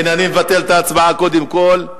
הנה, אני מבטל את ההצבעה קודם כול.